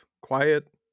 quiet